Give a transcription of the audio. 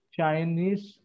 Chinese